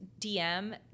DM